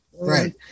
Right